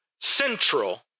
central